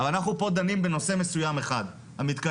אבל אנחנו פה דנים בנושא מסוים אחד - המתקנים.